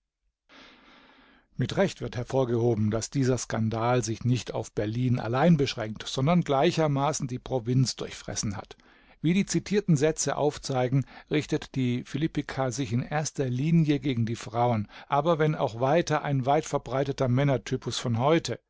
mit recht wird hervorgehoben daß dieser skandal sich nicht auf berlin allein beschränkt sondern gleichermaßen die provinz durchfressen hat wie die zitierten sätze aufzeigen richtet die philippika sich in erster linie gegen die frauen aber wenn auch weiter ein weitverbreiteter männertypus von heute